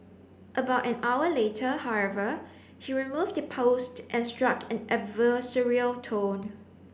about an hour later however he removed the post and struck an adversarial tone